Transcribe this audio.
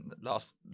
Last